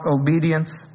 obedience